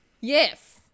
Yes